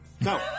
No